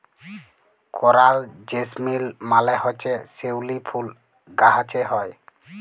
করাল জেসমিল মালে হছে শিউলি ফুল গাহাছে হ্যয়